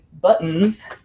buttons